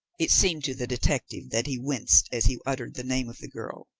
it seemed to the detective that he winced as he uttered the name of the girl.